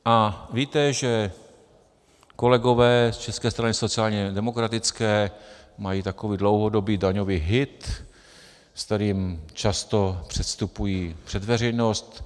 A víte, že kolegové z České strany sociálně demokratické mají takový dlouhodobý daňový hit, se kterým často předstupují před veřejnost.